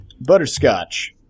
Butterscotch